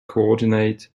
coordinate